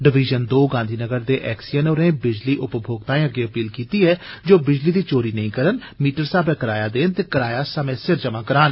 division दो गांधीनगर दे XEN होरें बिजली उपभोक्ताएं अग्गे अपील कीती दी ऐ जे ओ बिजली दी चोरी नेंई करन मीटर साब्बै कराया देन ते कराया समे सिर जमा करान